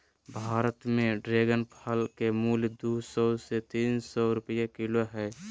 भारत में ड्रेगन फल के मूल्य दू सौ से तीन सौ रुपया किलो हइ